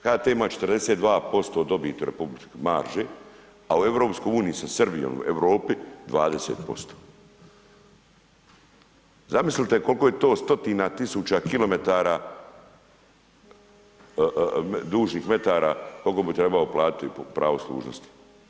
HT ima 42% dobit, marže, a u EU, sa Srbijom u Europi, 20%. zamislite koliko je to stotina tisuća kilometara dužnih metara koliko bi trebao platiti pravo služnosti.